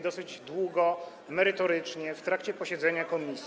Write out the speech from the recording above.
dosyć długo, merytorycznie w trakcie posiedzenia komisji.